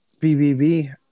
BBB